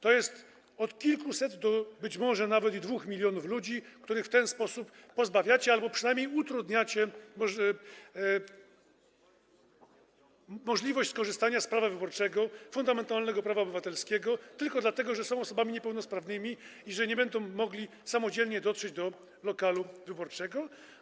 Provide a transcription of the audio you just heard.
To jest od kilkuset do, być może, nawet 2 mln ludzi, których w ten sposób pozbawicie możliwości albo którym przynajmniej utrudnicie możliwość skorzystania z prawa wyborczego, fundamentalnego prawa obywatelskiego, tylko dlatego, że są osobami niepełnosprawnymi, że nie będą mogli samodzielnie dotrzeć do lokalu wyborczego.